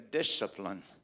discipline